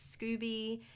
Scooby